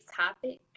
topic